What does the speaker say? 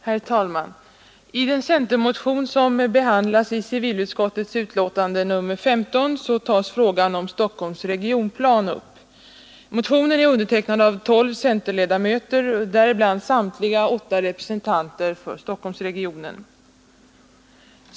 Herr talman! I den centermotion som behandlas i civilutskottets betänkande nr 15 tas frågan om Stockholms regionplan upp. Motionen är undertecknad av tolv centerledamöter, däribland samtliga åtta representanter för Stockholmsregionen.